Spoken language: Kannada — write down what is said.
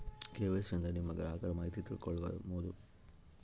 ಕೆ.ವೈ.ಸಿ ಅಂದ್ರೆ ನಿಮ್ಮ ಗ್ರಾಹಕರ ಮಾಹಿತಿ ತಿಳ್ಕೊಮ್ಬೋದು